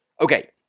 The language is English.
Okay